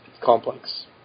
complex